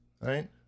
Right